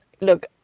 look